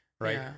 Right